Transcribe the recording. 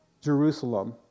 Jerusalem